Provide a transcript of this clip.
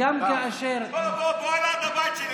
בוא ותראה את הבדואים ליד הבית שלי.